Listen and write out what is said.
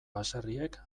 baserriek